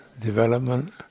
development